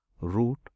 root